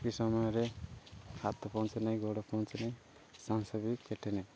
ସେହି ସମୟରେ ହାତ ପହଞ୍ଚେ ନାହିଁ ଗୋଡ଼ ପହଞ୍ଚେନାହିଁ ସାହାସ ବି ଫିଟେ ନାହିଁ